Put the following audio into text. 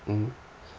mm